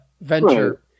venture